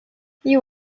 you